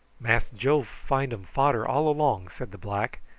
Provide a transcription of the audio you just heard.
mass joe find um fader all along, said the black.